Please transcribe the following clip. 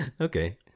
Okay